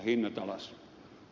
hinnat alas